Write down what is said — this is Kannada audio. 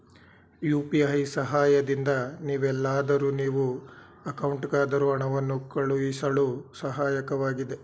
ಯು.ಪಿ.ಐ ಸಹಾಯದಿಂದ ನೀವೆಲ್ಲಾದರೂ ನೀವು ಅಕೌಂಟ್ಗಾದರೂ ಹಣವನ್ನು ಕಳುಹಿಸಳು ಸಹಾಯಕವಾಗಿದೆ